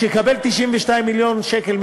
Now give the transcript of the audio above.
בשביל לקבל 92 מיליון שקל,